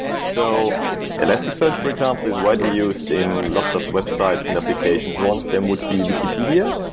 so elasticsearch, for example, is widely used in lots of websites and applications. one of them would be wikipedia.